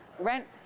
Rent